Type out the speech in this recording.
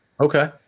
Okay